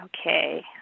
Okay